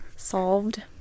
solved